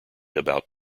about